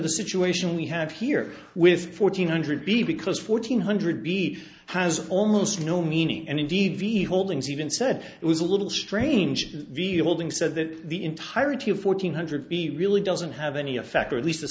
the situation we have here with fourteen hundred b because fourteen hundred b has almost no meaning and indeed holdings even said it was a little strange holding said that the entirety of fourteen hundred b really doesn't have any effect or at least the